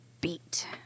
beat